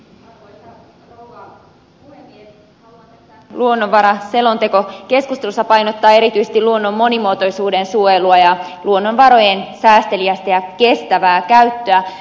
haluan tässä luonnonvaraselontekokeskustelussa painottaa erityisesti luonnon monimuotoisuuden suojelua ja luonnonvarojen säästeliästä ja kestävää käyttöä